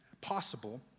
possible